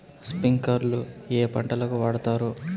స్ప్రింక్లర్లు ఏ పంటలకు వాడుతారు?